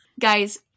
Guys